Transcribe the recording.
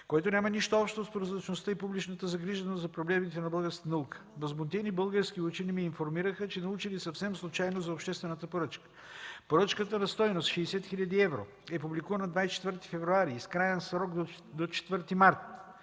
който няма нищо общо с прозрачността и публичната загриженост за проблемите на българската наука. Възмутени български учени ме информираха, че научили съвсем случайно за обществената поръчка. Поръчката на стойност 60 хил. евро е публикувана на 24 февруари с краен срок до 4 март